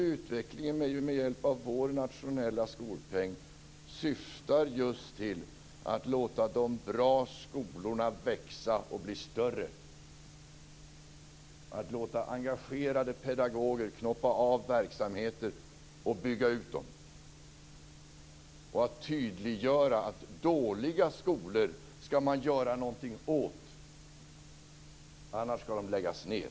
Utvecklingen med hjälp av vår nationella skolpeng syftar just till att låta de bra skolorna växa och bli större, att låta engagerade pedagoger knoppa av verksamheter och bygga ut dem och att tydliggöra att dåliga skolor skall man göra någonting åt, annars skall de läggas ned.